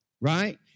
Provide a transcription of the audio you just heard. right